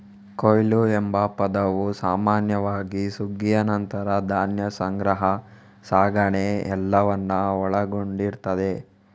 ಕೊಯ್ಲು ಎಂಬ ಪದವು ಸಾಮಾನ್ಯವಾಗಿ ಸುಗ್ಗಿಯ ನಂತರ ಧಾನ್ಯ ಸಂಗ್ರಹ, ಸಾಗಣೆ ಎಲ್ಲವನ್ನ ಒಳಗೊಂಡಿರ್ತದೆ